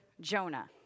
Jonah